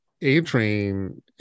A-Train